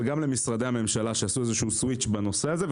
אבל גם למשרדי הממשלה שעשו איזשהו סוויץ' בנושא הזה,